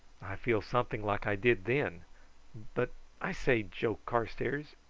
i feel something like i did then but i say, joe carstairs,